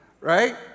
Right